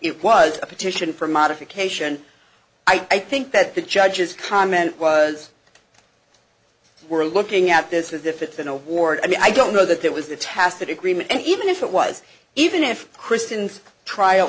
it was a petition for modification i think that the judge's comment was we're looking at this as if it's an award and i don't know that that was a tacit agreement and even if it was even if christians trial